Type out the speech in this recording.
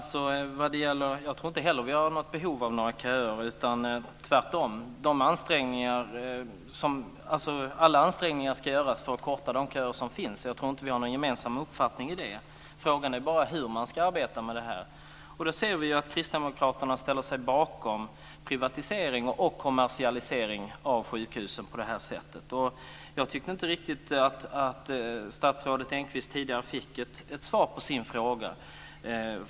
Fru talman! Jag tror inte heller att vi har behov av köer. Tvärtom ska alla ansträngningar göras för att korta de köer som finns. Jag tror inte att vi har olika uppfattning om det. Frågan är bara hur man ska arbeta med det. Vi ser att kristdemokraterna ställer sig bakom privatisering och kommersialisering av sjukhusen på detta sätt. Jag tycker inte att statsrådet Engqvist fick ett svar från Chatrine Pålsson på sin fråga.